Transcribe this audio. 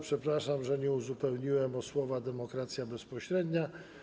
Przepraszam, że nie uzupełniłem nazwy o słowa „demokracja bezpośrednia”